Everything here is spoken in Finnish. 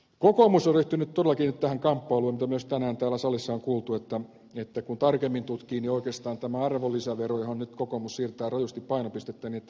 kokoomus on ryhtynyt todellakin nyt tähän kamppailuun mitä myös tänään täällä salissa on kuultu että kun tarkemmin tutkii niin oikeastaan tämä arvonlisävero johon nyt kokoomus siirtää rajusti painopistettä on progressiivinen